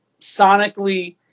sonically